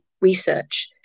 research